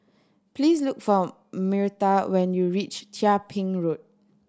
please look for Myrta when you reach Chia Ping Road